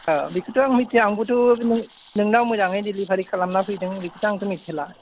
ओ बेखौथ' आं मिथिया आंबोथ' बे नोंनाव मोजाङै दिलिभारि खालामना फैदों बेखौथ' आंथ' मिथिला